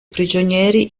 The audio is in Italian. prigionieri